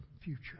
future